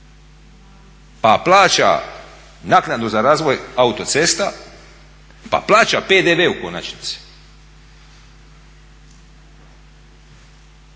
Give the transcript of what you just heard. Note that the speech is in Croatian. Pa plaća naknadu za razvoj autocesta, pa plaća PDV u konačnici.